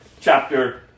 chapter